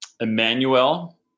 Emmanuel